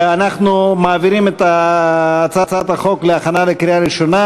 אנחנו מעבירים את הצעת החוק להכנה לקריאה ראשונה